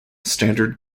standard